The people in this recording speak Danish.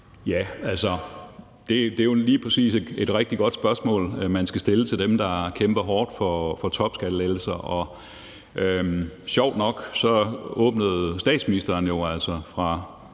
(DD): Det er jo lige præcis et rigtig godt spørgsmål, man skal stille dem, der kæmper hårdt for topskattelettelser. Sjovt nok åbnede statsministeren, som altså er